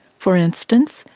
for instance,